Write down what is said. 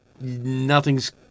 nothing's